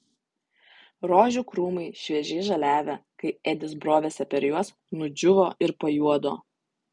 rožių krūmai šviežiai žaliavę kai edis brovėsi per juos nudžiūvo ir pajuodo